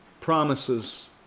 promises